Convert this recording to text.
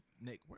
Nick